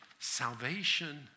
Salvation